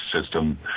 system